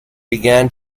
began